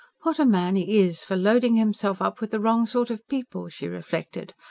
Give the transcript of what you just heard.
what a man he is for loading himself up with the wrong sort of people! she reflected.